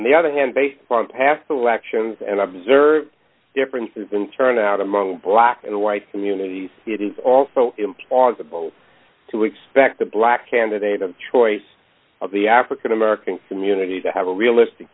on the other hand based upon past elections and observed differences in turnout among black and white communities it is also implausible to expect a black candidate of choice of the african american community to have a realistic